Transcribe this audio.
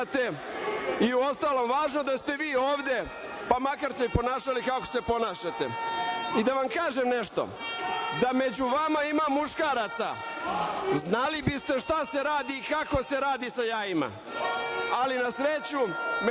i uostalom, važno je da ste vi ovde, pa makar se ponašali kako se ponašate. Da vam kažem nešto, da među vama ima muškaraca, znali biste šta se radi i kako se radi sa jajima, ali na sreću među vama postoji